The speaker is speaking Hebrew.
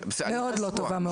מאוד לא טובה מאותו